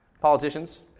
Politicians